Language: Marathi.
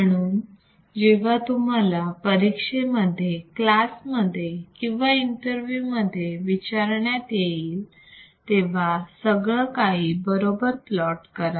म्हणून जेव्हा तुम्हाला परीक्षेमध्ये क्लासमध्ये किंवा इंटरव्ह्यूमध्ये विचारण्यात येईल तेव्हा सगळं काही बरोबर प्लॉट करा